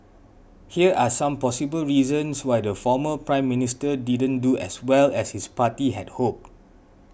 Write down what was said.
here are some possible reasons why the former Prime Minister didn't do as well as his party had hoped